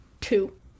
two